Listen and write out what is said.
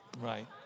Right